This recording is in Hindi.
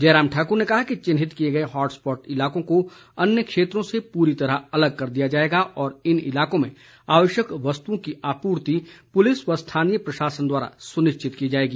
जयराम ठाकुर ने कहा कि चिन्हित किए गए हॉटस्पॉट इलाकों को अन्य क्षेत्रों से पूरी तरह अलग कर दिया जाएगा और इन इलाकों में आवश्यक वस्तुओं की आपूर्ति पुलिस व स्थानीय प्रशासन द्वारा सुनिश्चित की जाएगी